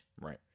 Right